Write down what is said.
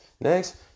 next